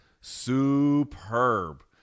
superb